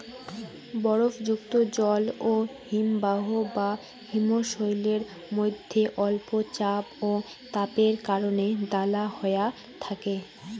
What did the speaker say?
বরফযুক্ত জল হিমবাহ বা হিমশৈলের মইধ্যে অল্প চাপ ও তাপের কারণে দালা হয়া থাকে